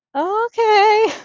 okay